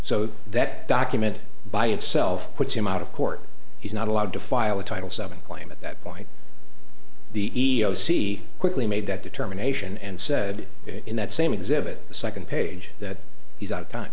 so that document by itself puts him out of court he's not allowed to file a title seven claim at that point the e e o c quickly made that determination and said in that same exhibit the second page that he's out of time